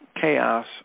chaos